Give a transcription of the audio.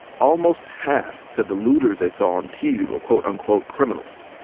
almost half said the looters they saw on tv were quote-unquote criminals.